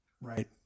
Right